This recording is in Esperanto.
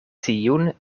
tiun